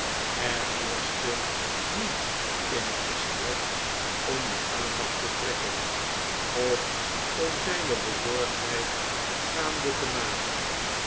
er heerschte niets in t gesprek om de aandacht te trekken of om zijne bezorgdheid gaande te maken